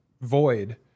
void